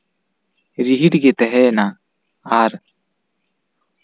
ᱨᱤᱦᱤᱴ ᱜᱮ ᱛᱟᱦᱮᱸᱭᱮᱱᱟ ᱟᱨ